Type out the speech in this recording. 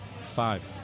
Five